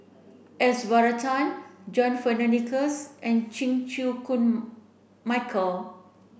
S Varathan John Fearns Nicoll and Chan Chew Koon Michael